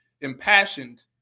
impassioned